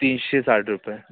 तीनशे साठ रुपये